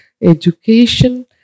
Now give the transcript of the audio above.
education